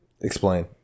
Explain